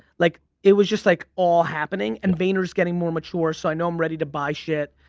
like it was just like all happening and vayner's getting more mature so i know i'm ready to buy shit.